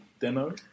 demo